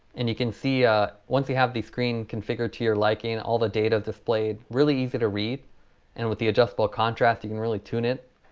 and you can see ah once you have the screen configured to your liking all the data is displayed really easy to read and with the adjustable contrast you can really tune it.